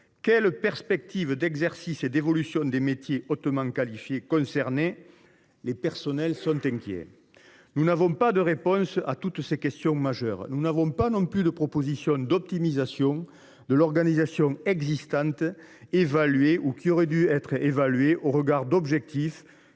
les perspectives d’exercice et d’évolution pour les métiers, hautement qualifiés, concernés ? Les personnels sont inquiets. Nous n’avons pas de réponses à toutes ces questions majeures. Nous n’avons pas non plus de proposition d’optimisation de l’organisation existante ni d’évaluation de cette dernière au regard des objectifs